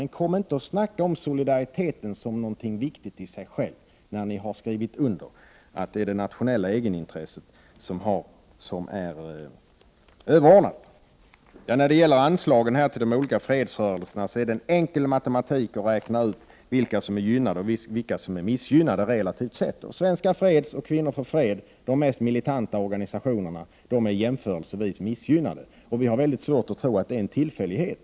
Men kom inte och snacka om solidariteten som någonting viktigt i sig själv, när ni har skrivit under att det är det nationella egenintresset som är överordnat! När det gäller anslagen till de olika fredsrörelserna är det en enkel matematik att räkna ut vilka som är gynnade och vilka som är missgynnade relativt sett. Svenska freds och Kvinnor för fred, som är de mest militanta organisationerna, är jämförelsevis missgynnade. Jag har svårt att tro att det är en tillfällighet.